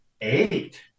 eight